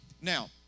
now